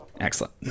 excellent